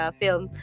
film